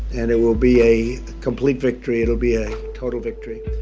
and it will be a complete victory. it'll be a total victory